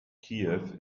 kiew